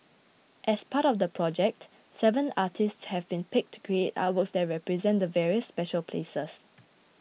as part of the project seven artists have been picked to create artworks that represent the various special places